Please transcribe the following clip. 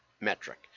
metric